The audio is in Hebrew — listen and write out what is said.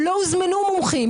לא הוזמנו מומחים,